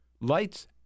lights